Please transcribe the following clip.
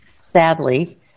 sadly